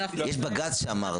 יש בג"ץ שאמר.